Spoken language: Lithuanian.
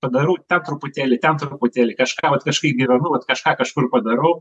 padarau tą truputėlį ten truputėlį kažką vat kažkaip gyvenu vat kažką kažkur padarau